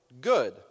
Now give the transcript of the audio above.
good